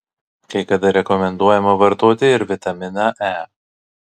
kai kada rekomenduojama vartoti ir vitaminą e